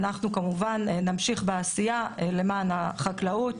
אנחנו כמובן נמשיך בעשייה למען החקלאות,